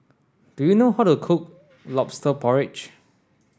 do you know how to cook lobster porridge